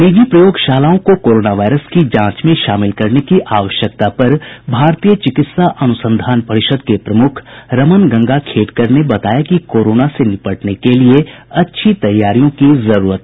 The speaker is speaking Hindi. निजी प्रयोगशालाओं को कोरोना वायरस की जांच में शामिल करने के आवश्यकता पर भारतीय चिकित्सा अनुसंधान परिषद के प्रमुख रमन गंगा खेडकर ने बताया कि कोरोना से निपटने के लिए अच्छी तैयारियों की जरूरत है